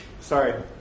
sorry